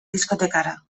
diskotekara